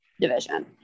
division